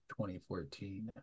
2014